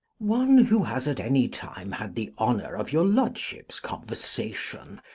one who has at any time had the honour of your lordship's conversation,